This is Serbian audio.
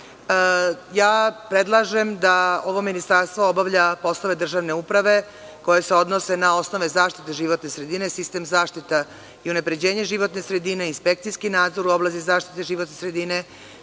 ja predlažem da ovo ministarstvo obavlja poslove državne uprave koji se odnose na osnove zaštite životne sredine, sistem zaštita i unapređenje životne sredine, inspekcijski nadzor u oblasti zaštite životne sredine,